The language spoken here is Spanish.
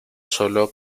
solo